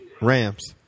Rams